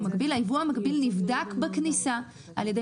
הייבוא המקביל נבדק בכניסה על ידי